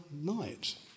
night